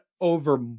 over